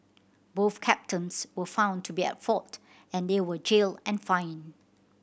both captains were found to be at fault and they were jailed and fined